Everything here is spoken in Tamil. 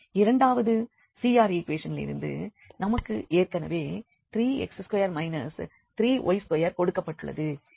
இரண்டாவது CR ஈக்குவேஷனிலிருந்து நமக்கு ஏற்கனவே 3x2 3y2 கொடுக்கப்பட்டுள்ளது